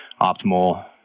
optimal